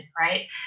right